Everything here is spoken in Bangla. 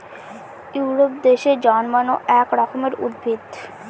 ইউরোপ দেশে জন্মানো এক রকমের উদ্ভিদ